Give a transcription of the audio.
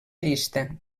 llista